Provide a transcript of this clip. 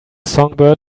songbird